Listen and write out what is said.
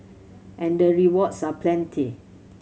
and the rewards are plenty